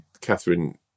Catherine